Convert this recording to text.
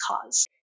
cause